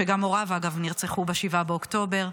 שגם הוריו, אגב, נרצחו ב-7 באוקטובר.